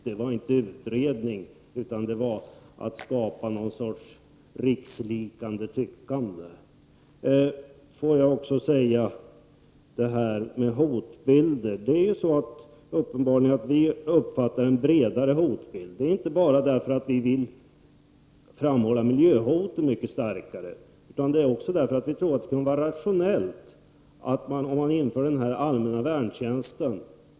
Det var inte att utreda, utan det var att skapa något slags rikslikande tyckande. Vi uppfattar uppenbarligen en bredare hotbild. Det är inte bara för att vi vill framhålla miljöhoten mycket starkare, utan det är också därför att vi tror att det kan vara rationellt att införa allmän värntjänst.